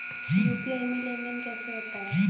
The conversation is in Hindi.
यू.पी.आई में लेनदेन कैसे होता है?